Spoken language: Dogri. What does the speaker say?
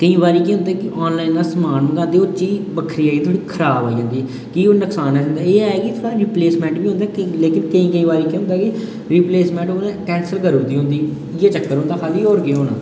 केईं बारी केह् होंदा कि आनलाइन अस समान मंगादे होर चीज बक्खरी आई जंदी होर खराब आई जंदी कि ओह् थोह्ड़ा नुक्सान ऐ एह् ऐ कि थोह्ड़ी रिपलेसमैंट बी रक्खी दी होंदी लेकिन केईं केईं बारी केह् होंदा कि रिपलेसमैंट उ'नें कैंसल करी ओड़े दी होंदी इ'यै चक्कर होंदी खाल्ली होर केह् होना